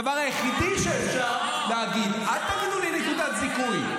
הדבר היחיד שאפשר להגיד, אל תגידו לי נקודת זיכוי.